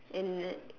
and